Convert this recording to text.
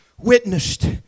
witnessed